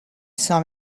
saw